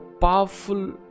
powerful